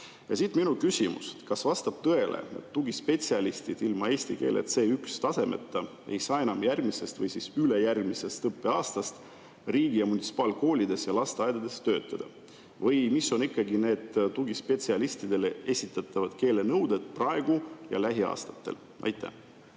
Ja siit minu küsimus. Kas vastab tõele, et tugispetsialistid ilma eesti keele C1‑tasemeta ei saa enam järgmisest või ülejärgmisest õppeaastast riigi‑ ja munitsipaalkoolides ja lasteaedades töötada? Või millised ikkagi on need tugispetsialistidele esitatavad keelenõuded praegu ja lähiaastatel? Aitäh!